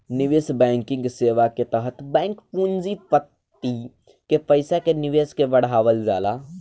निवेश बैंकिंग सेवा के तहत बैंक पूँजीपति के पईसा के निवेश के बढ़ावल जाला